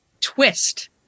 Twist